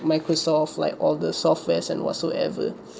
Microsoft like all the softwares and whatsoever